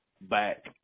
back